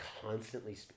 constantly